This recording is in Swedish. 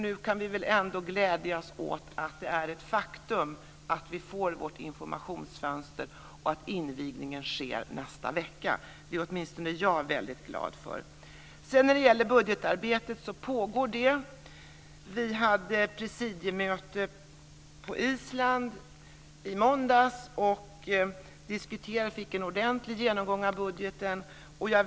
Nu kan vi väl ändå glädjas över det faktum att vi får vårt informationsfönster, och att invigningen sker nästa vecka. Det är åtminstone jag väldigt glad för. Budgetarbetet pågår. Vi hade ett presidiemöte på Island i måndags. Då fick vi en ordentlig genomgång av budgeten.